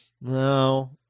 No